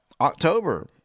October